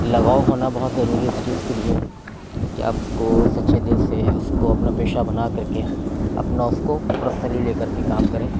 لگاؤ ہونا بہت ضروری ہے اس چیز کے لیے کہ آپ اس کو سچے دل سے اس کو اپنا پیشہ بنا کر کے اپنا اس کو پرسنلی لے کر کے کام کریں